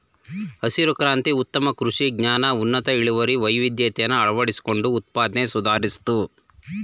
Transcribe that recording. ಹಸಿರು ಕ್ರಾಂತಿ ಉತ್ತಮ ಕೃಷಿ ಜ್ಞಾನ ಉನ್ನತ ಇಳುವರಿ ವೈವಿಧ್ಯತೆನ ಅಳವಡಿಸ್ಕೊಂಡು ಉತ್ಪಾದ್ನೆ ಸುಧಾರಿಸ್ತು